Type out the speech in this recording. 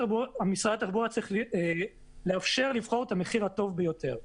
משרד התחבורה צריך לאפשר לבחור את המחיר הטוב ביותר.